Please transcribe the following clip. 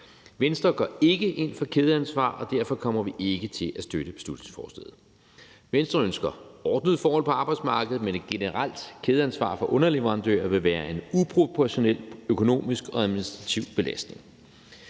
Venstre går ikke ind for kædeansvar, og derfor kommer vi ikke til at støtte beslutningsforslaget. Venstre ønsker ordnede forhold på arbejdsmarkedet, men et generelt kædeansvar for underleverandører vil være en uproportionel økonomisk og administrativ belastning.